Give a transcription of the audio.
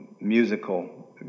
musical